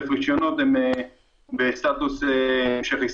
רישיונות הם בסטטוס של המשך עיסוק,